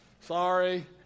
Sorry